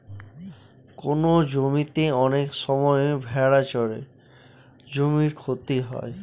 কোনো জমিতে অনেক সময় ভেড়া চড়ে জমির ক্ষতি হয়